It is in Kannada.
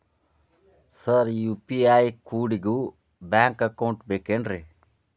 ಸರ್ ಯು.ಪಿ.ಐ ಕೋಡಿಗೂ ಬ್ಯಾಂಕ್ ಅಕೌಂಟ್ ಬೇಕೆನ್ರಿ?